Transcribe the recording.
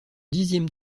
dixième